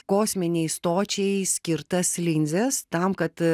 kosminei stočiai skirtas linzes tam kad